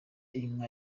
inka